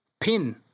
pin